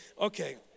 Okay